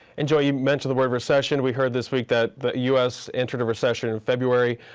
and joey, you mentioned the word recession. we heard this week that the u s. entered a recession in february.